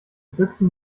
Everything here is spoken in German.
büchsen